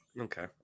okay